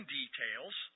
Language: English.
details